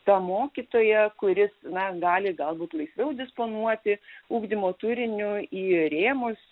tą mokytoją kuris na gali galbūt laisviau disponuoti ugdymo turiniu į rėmus